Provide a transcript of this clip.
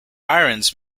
irons